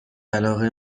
علاقه